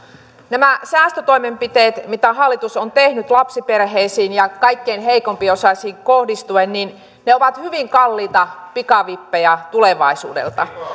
nämä säästötoimenpiteet mitä hallitus on tehnyt lapsiperheisiin ja kaikkein heikompiosaisiin kohdistuen ovat hyvin kalliita pikavippejä tulevaisuudelta